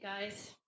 guys